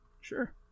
Sure